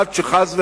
עד שחס וחלילה,